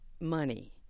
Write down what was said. Money